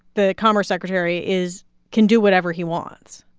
the commerce secretary, is can do whatever he wants?